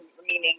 meaning